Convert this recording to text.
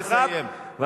נא לסיים.